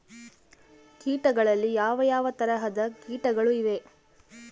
ಕೇಟಗಳಲ್ಲಿ ಯಾವ ಯಾವ ತರಹದ ಕೇಟಗಳು ಇವೆ?